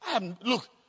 Look